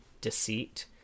deceit